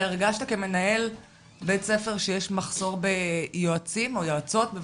אתה הרגשת כמנהל בית ספר שיש מחסור ביועצים או יועצות?